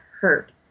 hurt